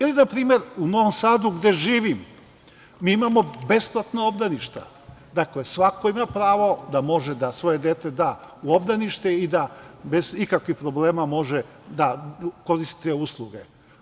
Ili na primer u Novom Sadu gde živim mi imamo besplatna obdaništa, dakle, svako ima pravo da može da se svoje dete da u obdanište i da bez ikakvih problema može da koristi te usluge.